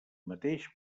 mateix